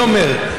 אני אומר,